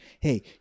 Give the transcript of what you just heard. Hey